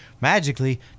Magically